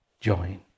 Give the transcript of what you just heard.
join